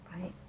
Right